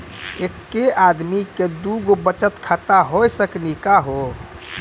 एके आदमी के दू गो बचत खाता हो सकनी का हो?